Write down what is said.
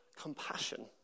compassion